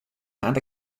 hand